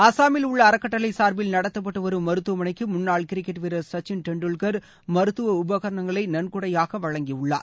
அசாமில் உள்ள அறக்கட்டளை சார்பில் நடத்தப்பட்டு வரும் மருத்துவமனைக்கு முன்னாள் கிரிக்கெட் வீரர் சச்சின் டெண்டுல்கர் மருத்துவ உபகரணங்களை நன்கொடையாக வழங்கியுள்ளார்